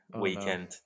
weekend